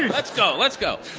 let's go, let's go!